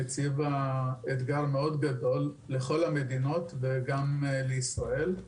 הציבה אתגר מאוד גדול לכל המדינות וגם לישראל.